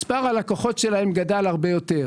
מספר הלקוחות שלהם גדל הרבה יותר.